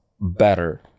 better